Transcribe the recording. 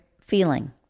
feeling-